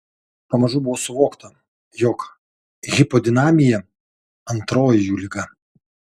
pamažu buvo suvokta jog hipodinamija antroji jų liga